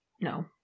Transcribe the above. No